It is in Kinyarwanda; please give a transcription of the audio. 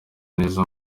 neza